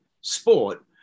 sport